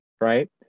Right